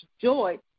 joy